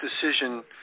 decision